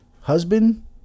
husband